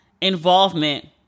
involvement